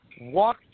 walk